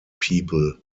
people